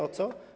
O co?